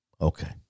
Okay